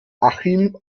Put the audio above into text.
achim